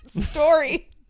Story